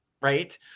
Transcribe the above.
Right